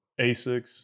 Asics